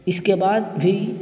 اس کے بعد بھی